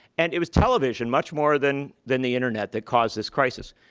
and it was television much more than than the internet that caused this crisis.